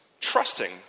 trusting